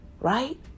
right